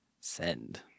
Send